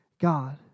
God